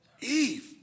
Eve